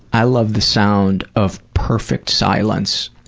i love the sound of perfect silence,